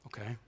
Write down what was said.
Okay